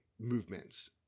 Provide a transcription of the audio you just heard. movements